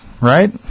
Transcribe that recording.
right